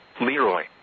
Leroy